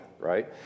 right